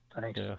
Thanks